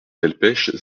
delpech